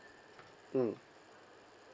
mm